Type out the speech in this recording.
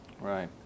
Right